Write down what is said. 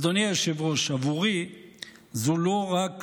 אדוני היושב-ראש, בעבורי זו לא רק